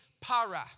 para